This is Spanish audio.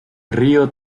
río